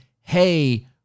hey